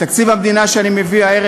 תקציב המדינה שאני מביא הערב,